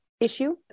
issue